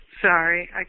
sorry